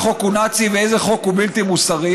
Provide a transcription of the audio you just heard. חוק הוא נאצי ואיזה חוק הוא בלתי מוסרי.